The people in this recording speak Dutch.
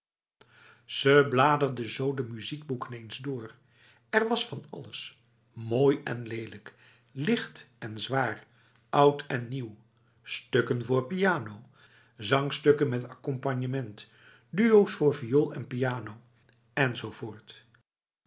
ze bladerde zo de muziekboeken eens door er was van alles mooi en lelijk licht en zwaar oud en nieuw stukken voor piano zangstukken met accompagnement duo's voor viool en piano enzovoort